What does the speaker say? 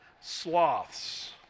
sloths